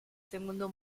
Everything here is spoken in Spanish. segundo